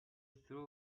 through